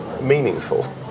meaningful